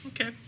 Okay